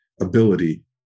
ability